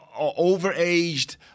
overaged